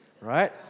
right